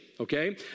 Okay